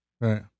right